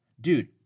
Dude